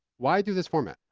why do this format?